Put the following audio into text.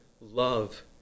love